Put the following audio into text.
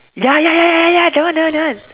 ya ya ya ya ya that one that one that one